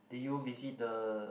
did you visit the